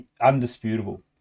undisputable